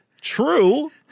True